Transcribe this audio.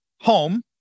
home